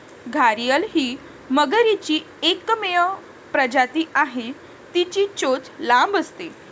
घारीअल ही मगरीची एकमेव प्रजाती आहे, तिची चोच लांब असते